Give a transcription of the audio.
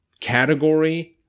category